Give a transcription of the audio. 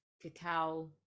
cacao